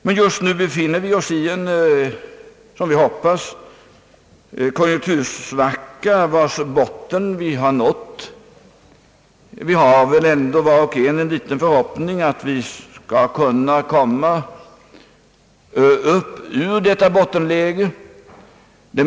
Men just nu befinner vi oss i en konjunktursvacka. Alla hoppas vi väl att bottenläget har nåtts och att vi skall kunna komma ur det.